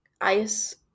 ice